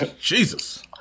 Jesus